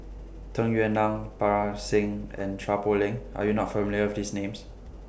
Tung Yue Nang Parga Singh and Chua Poh Leng Are YOU not familiar with These Names